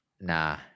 Nah